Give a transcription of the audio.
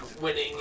winning